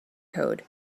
code